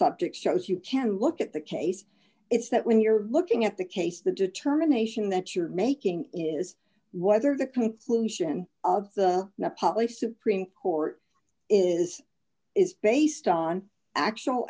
subject shows you can look at the case it's that when you're looking at the case the determination that you're making is whether the conclusion the publish supreme court is is based on actual